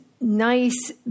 nice